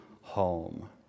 home